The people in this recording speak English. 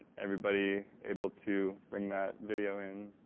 everybody able to bring that video in?